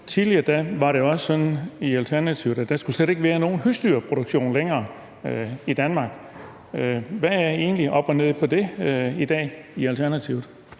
Tidligere var det også sådan i Alternativet, at der slet ikke skulle være nogen husdyrproduktion længere i Danmark. Hvad er egentlig op og ned på det i dag i Alternativet?